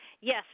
Yes